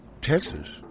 Texas